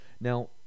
Now